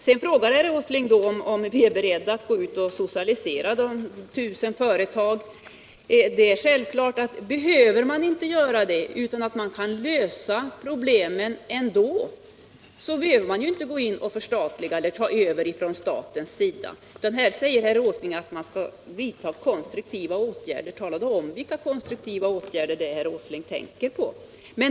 Sedan frågade herr Åsling om vi är beredda att gå ut och socialisera tusentals företag. Det är självklart att om man kan lösa problemen i företagen på annat sätt behöver man inte låta staten överta företagen. Vidare säger herr Åsling att man skall vidta konstruktiva åtgärder. Tala då om vilka konstruktiva åtgärder det är som herr Åsling tänker på!